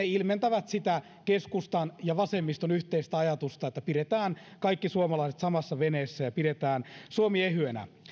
ilmentävät sitä keskustan ja vasemmiston yhteistä ajatusta että pidetään kaikki suomalaiset samassa veneessä ja pidetään suomi ehyenä